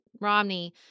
Romney